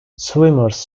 swimmers